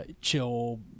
chill